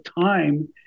time